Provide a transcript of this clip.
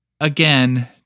again